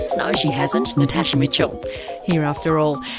no she hasn't, natasha mitchell here after all.